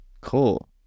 cool